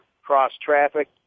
cross-traffic